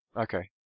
Okay